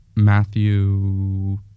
Matthew